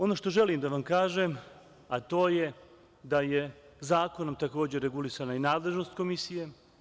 Ono što želim da vam kažem, a to je da je Zakonom takođe regulisana i nadležnost Komisije.